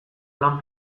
lan